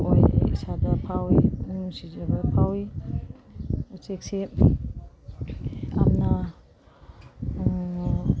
ꯑꯣꯏ ꯑꯩ ꯏꯁꯥꯗ ꯐꯥꯎꯏ ꯄꯨꯛꯅꯤꯡ ꯅꯨꯡꯁꯤꯖꯕ ꯐꯥꯎꯏ ꯎꯆꯦꯛꯁꯦ ꯌꯥꯝꯅ